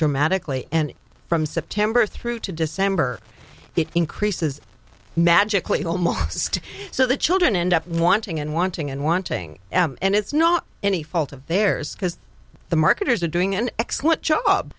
dramatically and from september through to december the increases magically almost so the children end up wanting and wanting and wanting and it's not any fault of theirs because the marketers are doing an excellent job